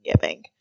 giving